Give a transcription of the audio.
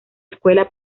escuela